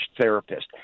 therapist